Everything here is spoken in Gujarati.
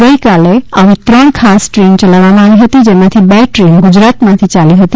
ગઈ કાલે આવી ત્રણ ખાસ દ્રેન ચલાવવામાં આવી હતી જેમાંથી બે દ્રેન ગુજરાતમાંથી ચાલી હતી